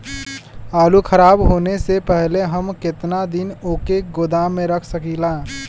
आलूखराब होने से पहले हम केतना दिन वोके गोदाम में रख सकिला?